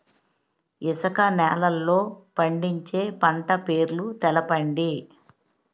ఇసుక నేలల్లో పండించే పంట పేర్లు తెలపండి?